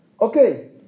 Okay